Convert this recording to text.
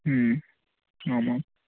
ह्म् आमाम्